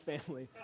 family